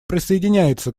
присоединяется